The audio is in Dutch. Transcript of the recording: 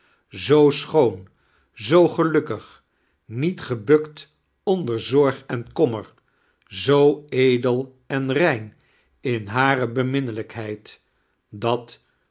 zoo schoon zoo gelukkig niet gebukt onder zorg en kommeir zoo edel en rein in hare beiminrbelijkheid dat